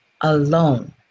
alone